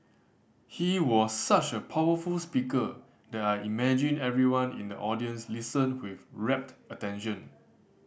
he was such a powerful speaker that I imagine everyone in the audience listened with rapt attention